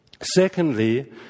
Secondly